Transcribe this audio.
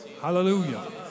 Hallelujah